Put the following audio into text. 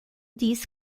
disse